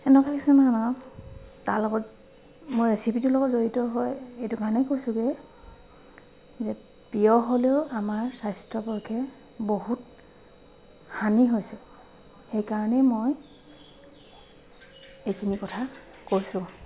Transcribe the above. সেনেকুৱা কিছুমান মই তাৰ লগত ৰেচিপিটোৰ লগত জড়িত হৈ এইটো কাৰণেই কৈছোঁগৈ যে প্ৰিয় হ'লেও আমাৰ স্বাস্থ্যৰ পক্ষে বহুত হানি হৈছে সেইকাৰণেই মই এইখিনি কথা কৈছোঁ